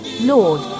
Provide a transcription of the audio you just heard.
Lord